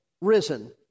risen